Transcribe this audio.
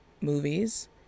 movies